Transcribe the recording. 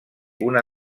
una